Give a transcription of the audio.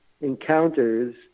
Encounters